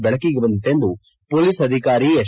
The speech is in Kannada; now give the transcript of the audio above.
ಬೆಳಕಿಗೆ ಬಂದಿತೆಂದು ಪೊಲೀಸ್ ಅಧಿಕಾರಿ ಎಚ್